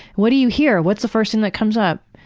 what do you hear? what's the first thing that comes up?